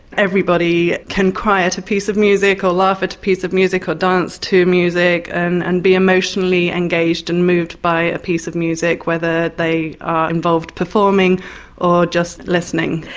everybody can cry at a piece of music, or laugh at a piece of music, or dance to music and and be emotionally engaged and moved by a piece of music, whether they are involved performing or just listening.